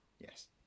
Yes